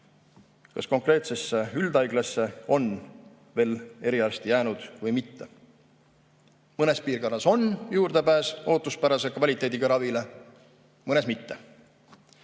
kas konkreetsesse üldhaiglasse on veel eriarst jäänud või mitte. Mõnes piirkonnas on juurdepääs ootuspärase kvaliteediga ravile, mõnes mitte.